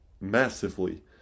massively